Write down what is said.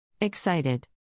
excited